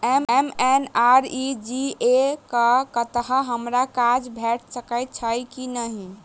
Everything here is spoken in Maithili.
एम.एन.आर.ई.जी.ए कऽ तहत हमरा काज भेट सकय छई की नहि?